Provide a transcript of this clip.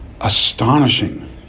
astonishing